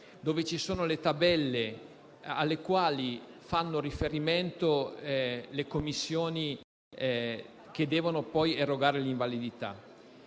recante le tabelle alle quali fanno riferimento le commissioni che devono poi erogare l'invalidità.